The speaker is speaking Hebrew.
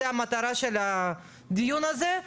זו המטרה של הדיון הזה.